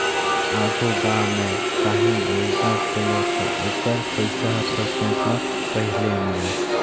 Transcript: आघु गाँव में काहीं योजना चले ता ओकर पइसा हर सरपंच ल पहिले मिले